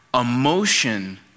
emotion